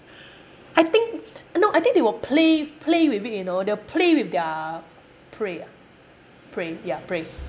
I think no I think they will play play with it you know they will play with their prey ah prey ya prey